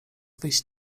wyjść